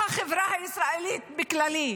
בחברה הישראלית הכללית.